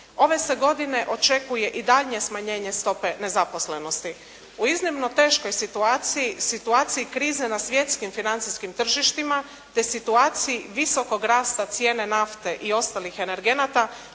Ove se godine očekuje i daljnje smanjenje stope nezaposlenosti. U iznimno teškoj situaciji, situaciji krize na svjetskim financijskim tržištima te situaciji visokog rasta cijene nafte i ostalih energenata